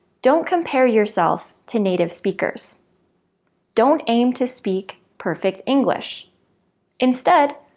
don't compare yourself to native speakers don't aim to speak perfect english instead,